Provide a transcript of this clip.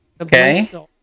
Okay